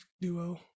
duo